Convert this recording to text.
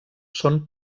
són